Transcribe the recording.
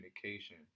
communication